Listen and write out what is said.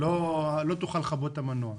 לא תוכל לכבות את המנוע?